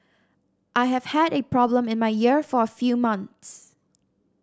I have had a problem in my ear for a few months